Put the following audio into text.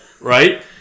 Right